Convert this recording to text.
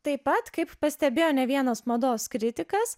taip pat kaip pastebėjo ne vienas mados kritikas